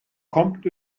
kommt